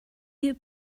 you